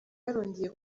yarongeye